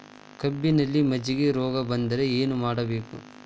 ಕಬ್ಬಿನಲ್ಲಿ ಮಜ್ಜಿಗೆ ರೋಗ ಬಂದರೆ ಏನು ಮಾಡಬೇಕು?